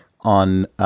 on